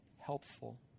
helpful